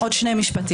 עוד שני משפטים.